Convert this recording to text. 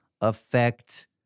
affect